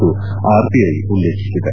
ಎಂದು ಆರ್ಬಿಐ ಉಲ್ಲೇಖಿಸಿದೆ